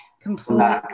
completely